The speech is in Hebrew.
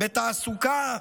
בתעסוקה,